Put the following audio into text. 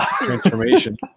transformation